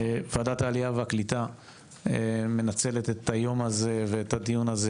ועדת העלייה והקליטה מנצלת את היום הזה ואת הדיון הזה,